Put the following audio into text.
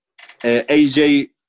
AJ